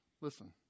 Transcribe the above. Listen